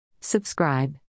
Subscribe